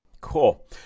cool